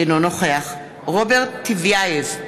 אינו נוכח רוברט טיבייב,